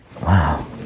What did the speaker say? wow